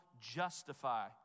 justify